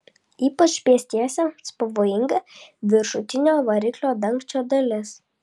ypač pėstiesiems pavojinga viršutinio variklio dangčio dalis